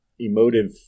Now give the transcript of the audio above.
emotive